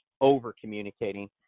over-communicating